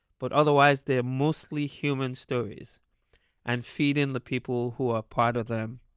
but otherwise they're mostly human stories and feed in the people who are part of them,